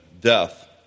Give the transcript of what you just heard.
death